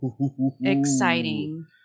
Exciting